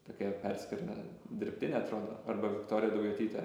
tokia perskyra dirbtinė atrodo arba viktorija daujotytė